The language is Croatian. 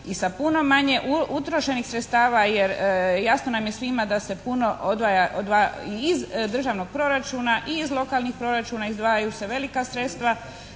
i sa puno manje utrošenih sredstava jer jasno nam je svima da se puno odvaja iz državnog proračuna i iz lokalnih proračuna izdvajaju se velika sredstva